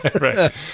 Right